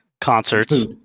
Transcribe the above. Concerts